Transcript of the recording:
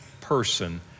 person